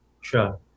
Sure